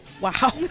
Wow